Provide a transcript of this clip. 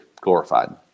glorified